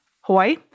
Hawaii